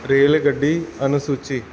ਰੇਲਗੱਡੀ ਅਨੁਸੂਚੀ